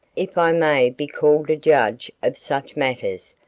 if i may be called a judge of such matters,